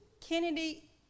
kennedy